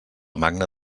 magna